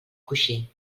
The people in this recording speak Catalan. coixí